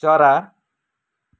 चरा